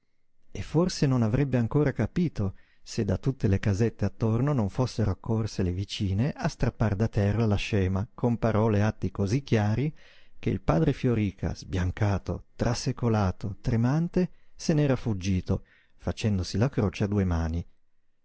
e forse non avrebbe ancora capito se da tutte le casette attorno non fossero accorse le vicine a strappar da terra la scema con parole e atti cosí chiari che il padre fioríca sbiancato trasecolato tremante se n'era fuggito facendosi la croce a due mani